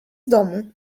domu